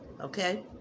okay